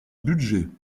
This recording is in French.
budget